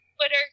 Twitter